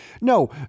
No